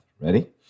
Ready